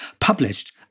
published